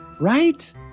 Right